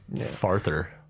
Farther